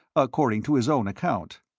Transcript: according to his own account.